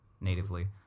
natively